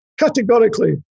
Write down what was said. categorically